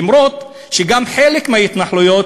למרות שגם חלק מההתנחלויות,